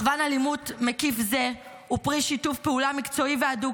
מחוון אלימות מקיף זה הוא פרי שיתוף פעולה מקצועי והדוק